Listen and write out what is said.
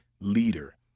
leader